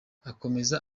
akomeza